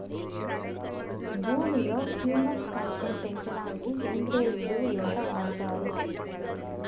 భూమిలో humus content పెంచడానికి సేంద్రియ ఎరువు ఎంత వాడుతారు